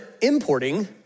importing